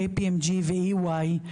KPMG ו-EY ,